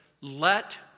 Let